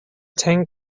tang